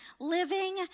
living